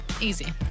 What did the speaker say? Easy